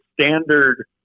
standard